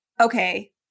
okay